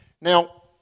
Now